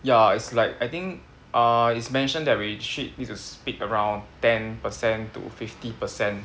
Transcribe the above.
ya is like I think uh is mentioned that we Ch~ need to speak around ten per cent to fifty per cent